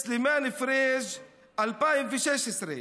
סלימאן פריג' 2016,